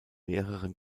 mehreren